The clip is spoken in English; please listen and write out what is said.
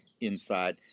inside